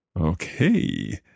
Okay